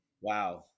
Wow